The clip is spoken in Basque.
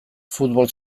futbol